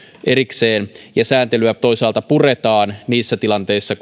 erikseen ja sääntelyä toisaalta puretaan niissä tilanteissa